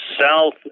south